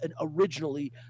originally